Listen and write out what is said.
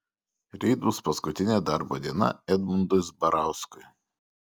ryt bus paskutinė darbo diena edmundui zbarauskui